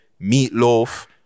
Meatloaf